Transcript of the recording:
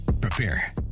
Prepare